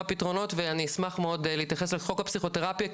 פתרונות ואני אשמח מאוד להתייחס לחוק הפסיכותרפיה,